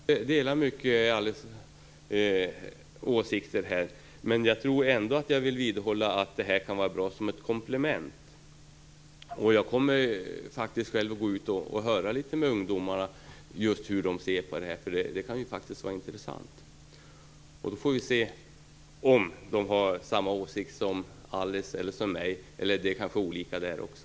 Fru talman! Jag delar Alice Åströms åsikter i mycket, men jag vill ändå vidhålla att urinprov kan vara bra som ett komplement. Jag kommer faktiskt själv att gå ut och höra litet med ungdomarna om hur de ser på det. Det kan vara intressant. Då får vi se om de har samma åsikt som Alice Åström eller som jag. Det är kanske olika där också.